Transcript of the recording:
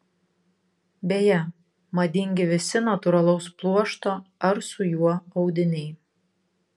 beje madingi visi natūralaus pluošto ar su juo audiniai